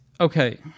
okay